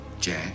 Jack